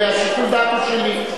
ושיקול הדעת הוא שלי.